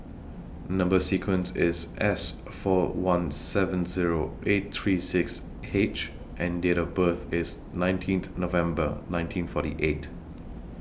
Number sequence IS S four one seven Zero eight three six H and Date of birth IS nineteenth November nineteen forty eight